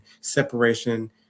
separation